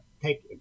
take